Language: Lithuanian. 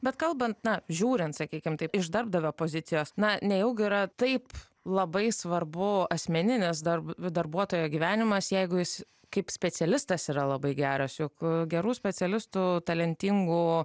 bet kalbant na žiūrint sakykim taip iš darbdavio pozicijos na nejaugi yra taip labai svarbu asmeninis darb darbuotojo gyvenimas jeigu jis kaip specialistas yra labai geras juk gerų specialistų talentingų